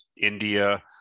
India